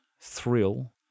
thrill